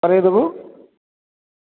କରାଇଦେବୁ